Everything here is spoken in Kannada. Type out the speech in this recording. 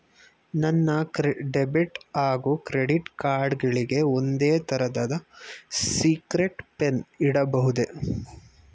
ನನ್ನ ಡೆಬಿಟ್ ಹಾಗೂ ಕ್ರೆಡಿಟ್ ಕಾರ್ಡ್ ಗಳಿಗೆ ಒಂದೇ ತರಹದ ಸೀಕ್ರೇಟ್ ಪಿನ್ ಇಡಬಹುದೇ?